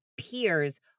peers